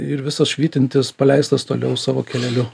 ir visas švytintis paleistas toliau savo keleliu